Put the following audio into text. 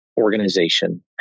organization